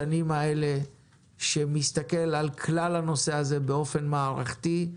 ומעודכן, שמסתכל על כלל הנושא הזה באופן מערכתי,